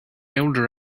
elder